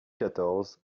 quatorze